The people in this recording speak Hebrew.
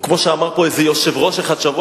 ש"ח.